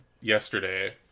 yesterday